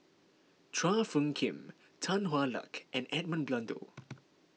Chua Phung Kim Tan Hwa Luck and Edmund Blundell